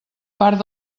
part